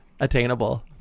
attainable